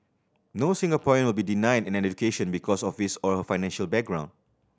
no Singaporean will be denied an education because of his or her financial background